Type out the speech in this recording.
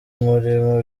umurimo